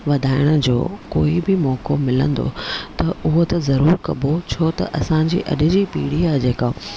वधाइण जो कोई बि मौको मिलंदो त उहो त ज़रूरु कॿो छो त असांजे अॼु जी पीड़ी आहे जेका